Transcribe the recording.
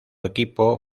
equipo